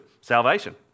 Salvation